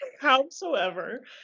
Howsoever